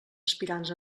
aspirants